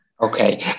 Okay